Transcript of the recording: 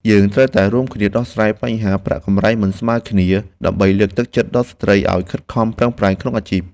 យើងត្រូវតែរួមគ្នាដោះស្រាយបញ្ហាប្រាក់កម្រៃមិនស្មើគ្នា ដើម្បីលើកទឹកចិត្តដល់ស្ត្រីឱ្យខិតខំប្រឹងប្រែងក្នុងអាជីព។